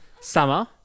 summer